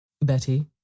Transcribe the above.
Betty